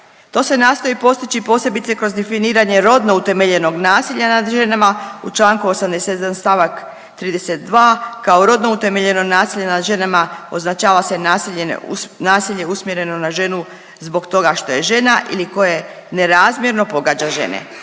To se nastoji postići posebice kroz definiranje rodno utemeljenog nasilja nad ženama u Članku 87. stavak 32. kao rodno utemeljeno nasilje nad ženama označava se nasilje uz nasilje usmjereno na ženu zbog toga što je žena ili koje nerazmjerno pogađa žene.